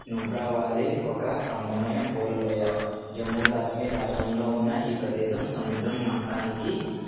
Nubra valley ఒక అందమైన పూల లోయ జమ్మూ కాశ్మీర్ రాష్ట్రంలో ఉన్న ఈ ప్రదేశం సముద్ర మట్టానికి